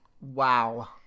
Wow